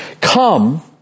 Come